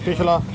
ਪਿਛਲਾ